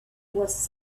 was